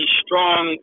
strong